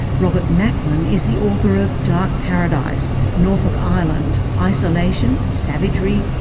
robert macklin is the author of dark paradise norfolk island isolation, savagery,